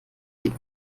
dem